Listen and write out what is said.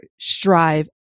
strive